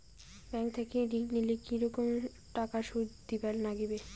Bank থাকি ঋণ নিলে কি রকম টাকা সুদ দিবার নাগিবে?